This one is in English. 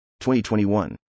2021